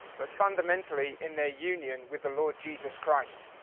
but fundamentally in their union with the lord jesus christ.